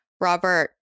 Robert